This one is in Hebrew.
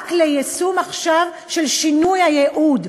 רק ליישום עכשיו של שינוי הייעוד,